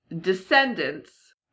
descendants